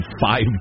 five